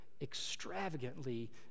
extravagantly